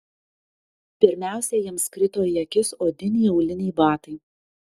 pirmiausia jiems krito į akis odiniai auliniai batai